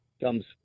comes